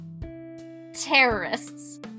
terrorists